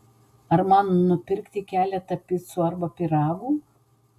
ar man nupirkti keletą picų arba pyragų